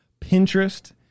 Pinterest